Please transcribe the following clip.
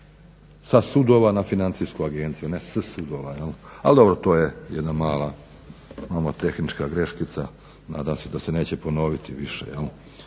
sa sudova na Financijsku agenciju, ne s sudova jel'. Ali dobro, to je jedna mala nomotehnička greškica nadam se da se neće ponoviti više